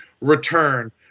return